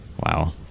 Wow